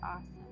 awesome